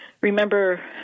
remember